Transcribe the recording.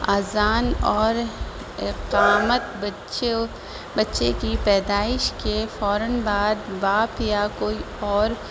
اذان اور اقامت بچوں بچے کی پیدائش کے فوراً بعد باپ یا کوئی اور